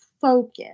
focus